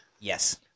Yes